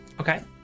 Okay